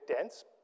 dense